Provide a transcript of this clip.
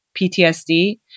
PTSD